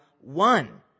one